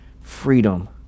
freedom